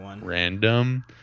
random